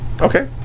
Okay